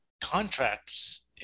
contracts